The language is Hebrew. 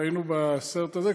ראינו בסרט הזה,